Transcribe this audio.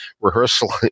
rehearsal